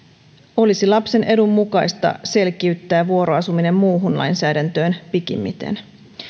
olisi lapsen edun mukaista selkiyttää vuoroasuminen muuhun lainsäädäntöön pikimmiten